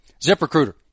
ZipRecruiter